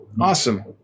Awesome